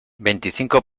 veinticinco